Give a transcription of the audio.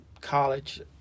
college